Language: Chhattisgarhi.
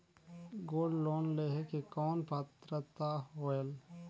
गोल्ड लोन लेहे के कौन पात्रता होएल?